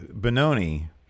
Benoni